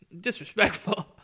disrespectful